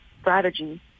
strategy